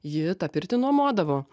ji tą pirtį nuomuodavo